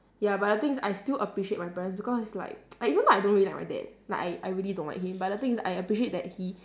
ya but the thing is I still appreciate my parents because it's like like even though I don't really like my dad like I I really don't like him but the thing is I appreciate that he